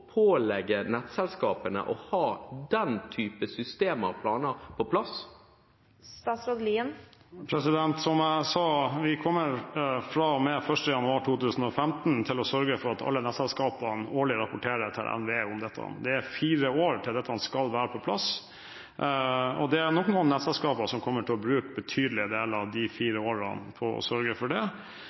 pålegge nettselskapene å ha den type systemer og planer på plass? Som jeg sa: Vi kommer fra og med 1. januar 2015 til å sørge for at alle nettselskapene årlig rapporter til NVE om dette. Det er fire år til dette skal være på plass, og det er noen av nettselskapene som kommer til å bruke betydelige deler av de fire årene på å sørge for det.